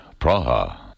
Praha